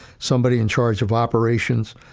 somebody in charge of operations,